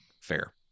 fair